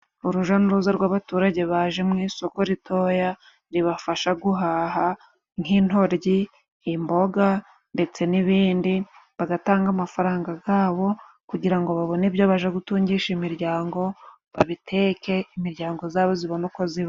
Uruja n'uruza rw'abaturage baje mu isoko ritoya, ribafasha guhaha nk'intoryi, imboga ndetse n'ibindi, bagatanga amafaranga gabo kugira ngo babone ibyo baja kutungisha imiryango, babiteke imiryango zabo zibone uko zibaho.